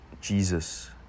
Jesus